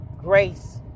grace